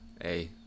Hey